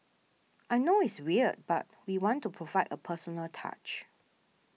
I know it's weird but we want to provide a personal touch